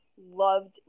loved